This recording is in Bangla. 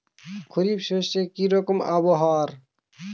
খরিফ শস্যে কি রকম আবহাওয়ার?